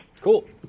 Cool